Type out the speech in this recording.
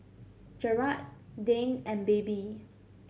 Jerad Dane and Baby